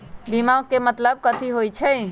बीमा के मतलब कथी होई छई?